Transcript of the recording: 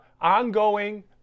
ongoing